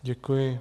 Děkuji.